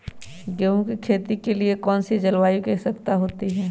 गेंहू की खेती के लिए कौन सी जलवायु की आवश्यकता होती है?